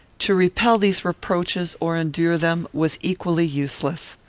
to repel these reproaches, or endure them, was equally useless.